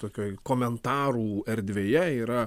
tokioj komentarų erdvėje yra